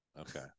Okay